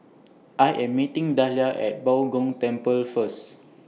I Am meeting Dahlia At Bao Gong Temple First